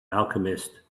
alchemist